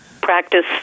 practice